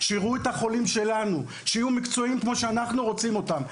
שייראו את החולים שלנו ושיהיו מקצועיים כמו שאנחנו רוצים אותם.